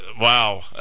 Wow